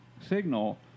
signal